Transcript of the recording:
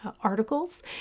articles